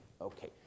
Okay